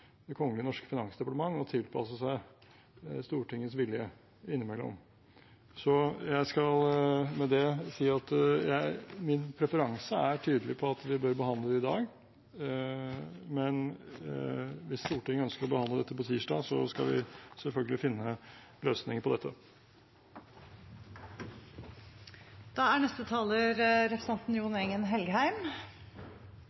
finansdepartement å tilpasse seg Stortingets vilje innimellom. Jeg skal med det si at min preferanse er tydelig på at vi bør behandle det i dag, men hvis Stortinget ønsker å behandle dette på tirsdag, skal vi selvfølgelig finne løsninger på